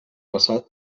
passat